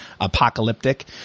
apocalyptic